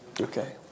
Okay